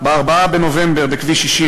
ב-18 באוקטובר בבאר-שבע,